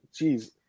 jeez